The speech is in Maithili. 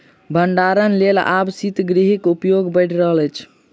भंडारणक लेल आब शीतगृहक उपयोग बढ़ि रहल अछि